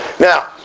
Now